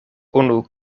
unu